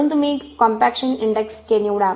म्हणून तुम्ही compaction index K निवडा